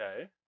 Okay